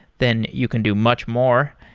then you can do much more.